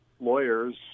lawyers